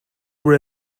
were